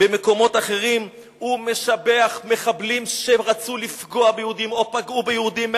במקומות אחרים הוא משבח מחבלים שרצו לפגוע ביהודים או פגעו ביהודים,